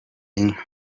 inka